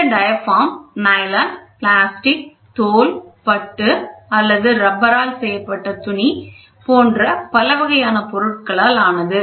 இந்த diaphragm nylon plastic தோல் பட்டு அல்லது ரப்பரால் செய்யப்பட்ட துணி போன்ற பலவகையான பொருட்களால் ஆனது